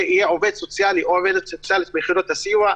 עובד סוציאלי או עובדת סוציאלית ביחידות הסיוע.